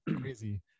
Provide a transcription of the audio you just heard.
crazy